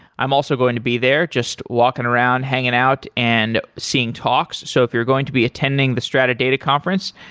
i'm also going to be there, just walking around, hanging out and seeing talks. so if you're going to be attending the strata data conference,